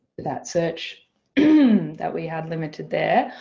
that search that we had limited there,